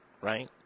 Right